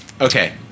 Okay